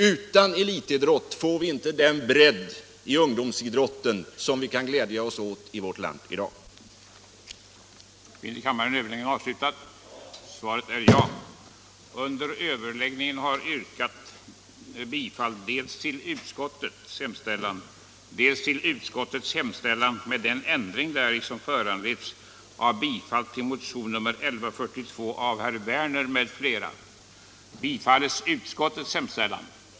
Utan elitidrott får vi inte den bredd i ungdomsidrotten som vi kan glädja oss åt i vårt land i dag.